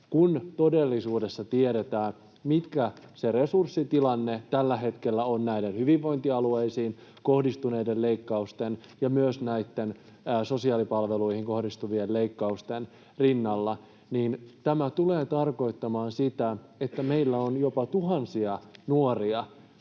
Kun todellisuudessa tiedetään, mikä se resurssitilanne tällä hetkellä on näiden hyvinvointialueisiin kohdistuneiden leikkausten ja myös näitten sosiaalipalveluihin kohdistuvien leikkausten rinnalla, niin tämä tulee tarkoittamaan sitä, että meillä on jopa tuhansia nuoria,